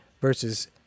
versus